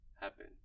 happen